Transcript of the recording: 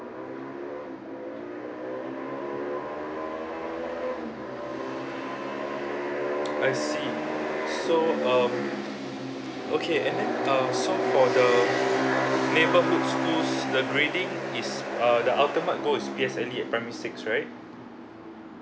I see so um okay and then so for the neighborhood school the grading the ultimate goal is P_L_S_E at primary six right